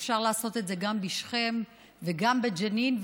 אפשר לעשות את זה גם בשכם וגם בג'נין,